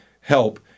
help